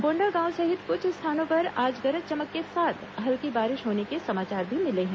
कोंडागांव सहित कुछ स्थानों पर आज गरज चमक के साथ हल्की बारिश होने के समाचार भी मिले हैं